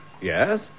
Yes